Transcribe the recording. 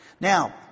Now